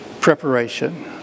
preparation